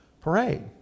parade